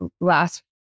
last